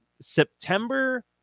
september